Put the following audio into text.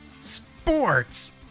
Sports